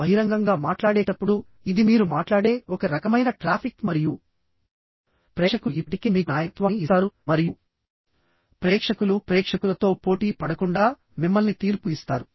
బహిరంగంగా మాట్లాడేటప్పుడు ఇది మీరు మాట్లాడే ఒక రకమైన ట్రాఫిక్ మరియు ప్రేక్షకులు ఇప్పటికే మీకు నాయకత్వాన్ని ఇస్తారు మరియు ప్రేక్షకులు ప్రేక్షకులతో పోటీ పడకుండా మిమ్మల్ని తీర్పు ఇస్తారు